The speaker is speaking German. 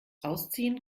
ausziehen